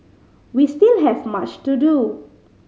we still have much to do